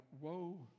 woe